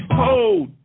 hold